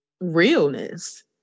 realness